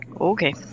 okay